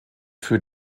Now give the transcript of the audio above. für